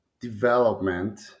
development